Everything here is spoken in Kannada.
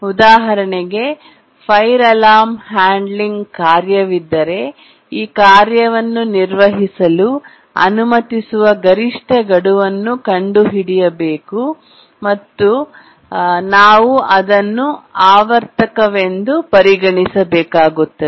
ಉದಾಹರಣೆಗೆ ಫೈರ್ ಅಲಾರ್ಮ್ ಹ್ಯಾಂಡ್ಲಿಂಗ್ ಕಾರ್ಯವಿದ್ದರೆ ಈ ಕಾರ್ಯವನ್ನು ನಿರ್ವಹಿಸಲು ಅನುಮತಿಸುವ ಗರಿಷ್ಠ ಗಡುವನ್ನು ಕಂಡುಹಿಡಿಯಬೇಕು ಮತ್ತು ನಂತರ ನಾವು ಅದನ್ನು ಆವರ್ತಕವೆಂದು ಪರಿಗಣಿಸಬೇಕಾಗುತ್ತದೆ